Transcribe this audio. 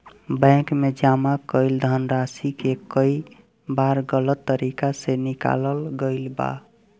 bank में जमा कईल धनराशि के कई बार गलत तरीका से निकालल गईल बा